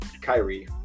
Kyrie